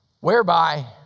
whereby